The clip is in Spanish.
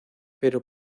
pero